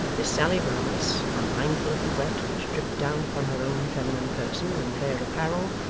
miss sally brass, unmindful of the wet which dripped down upon her own feminine person and fair apparel,